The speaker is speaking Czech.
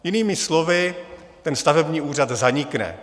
Jinými slovy, ten stavební úřad zanikne.